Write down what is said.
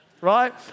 right